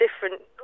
different